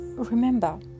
remember